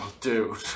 Dude